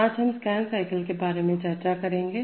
आज हम scan cycle के बारे में चर्चा करेंगे